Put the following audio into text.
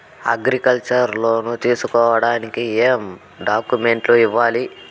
Agriculture loan తీసుకోడానికి ఏం డాక్యుమెంట్లు ఇయ్యాలి?